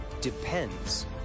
depends